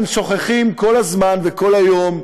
והם שוכחים כל הזמן וכל היום,